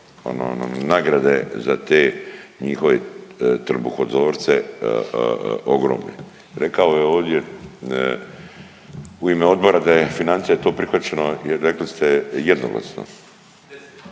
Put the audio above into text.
nagrade za te njihove trbuhozorce ogromne. Rekao je ovdje u ime odbora da je, financija, da je to prihvaćeno, jer rekli ste jednoglasno…/Upadica